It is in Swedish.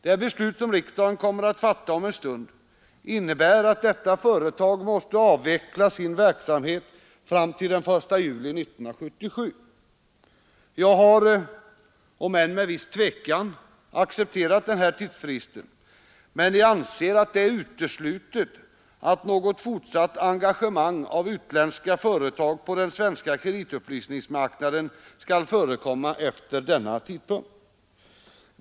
Det beslut riksdagen kommer att fatta om en stund innebär att detta företag måste avveckla sin verksamhet fram till den 1 juli 1977. Jag har — om än med viss tvekan — accepterat denna tidsfrist, men jag anser att det är uteslutet att något fortsatt engagemang av utländska företag på den svenska kreditupplysningsmarknaden skall förekomma efter denna tidpunkt.